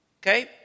Okay